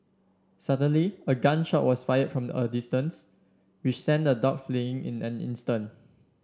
suddenly a gun shot was fire from a distance which sent the dogs fleeing in an instant